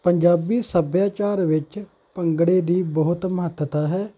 ਪੰਜਾਬੀ ਸੱਭਿਆਚਾਰ ਵਿੱਚ ਭੰਗੜੇ ਦੀ ਬਹੁਤ ਮਹੱਤਤਾ ਹੈ